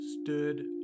stood